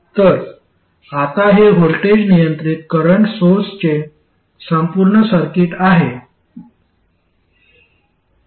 तर आता हे व्होल्टेज नियंत्रित करंट सोर्सचे संपूर्ण सर्किट आहे